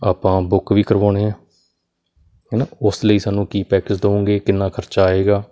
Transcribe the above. ਆਪਾਂ ਬੁੱਕ ਵੀ ਕਰਵਾਉਣੇ ਆ ਹੈ ਨਾ ਉਸ ਲਈ ਸਾਨੂੰ ਕੀ ਪੈਕਜ ਦਓਂਗੇ ਕਿੰਨਾ ਖਰਚਾ ਆਏਗਾ